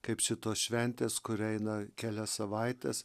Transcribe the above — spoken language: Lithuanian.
kaip šitos šventės kur eina kelias savaites